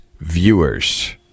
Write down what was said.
viewers